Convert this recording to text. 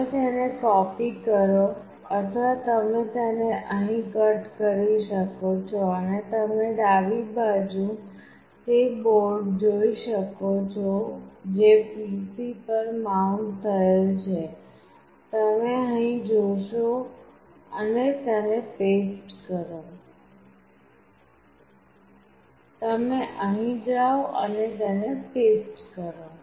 તમે તેની કોપી કરો અથવા તમે તેને અહીંથી કટ કરી શકો છો અને તમે ડાબી બાજુ તે બોર્ડ જોઈ શકો છો જે PC પર માઉન્ટ થયેલ છે તમે અહીં જાઓ અને તેને પેસ્ટ કરો